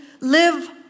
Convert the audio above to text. live